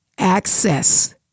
access